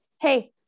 Hey